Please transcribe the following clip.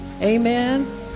Amen